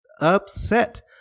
upset